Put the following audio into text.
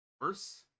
worse